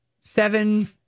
seven